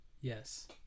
Yes